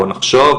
בואו נחשוב,